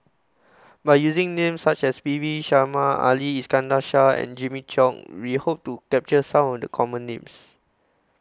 By using Names such as P V Sharma Ali Iskandar Shah and Jimmy Chok We Hope to capture Some of The Common Names